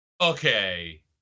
okay